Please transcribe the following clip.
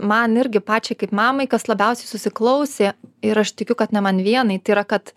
man irgi pačiai kaip mamai kas labiausiai susiklausė ir aš tikiu kad ne man vienai tai yra kad